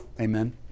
Amen